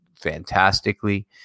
fantastically